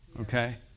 Okay